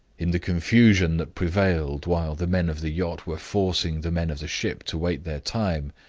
in the confusion that prevailed while the men of the yacht were forcing the men of the ship to wait their time,